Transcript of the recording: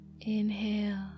inhale